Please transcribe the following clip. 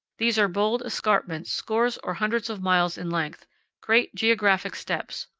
these are bold escarpments scores or hundreds of miles in length great geographic steps,